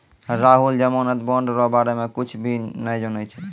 राहुल जमानत बॉन्ड रो बारे मे कुच्छ भी नै जानै छै